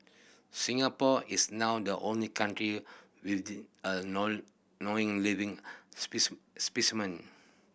Singapore is now the only country with the a known knowing living specimen